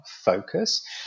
focus